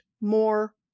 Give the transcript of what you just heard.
more